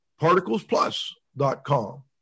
particlesplus.com